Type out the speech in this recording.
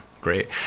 great